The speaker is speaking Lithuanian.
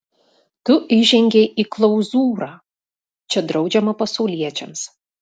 tu įžengei į klauzūrą čia draudžiama pasauliečiams